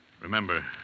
Remember